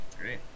great